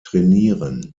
trainieren